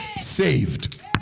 saved